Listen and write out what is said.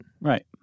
Right